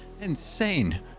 insane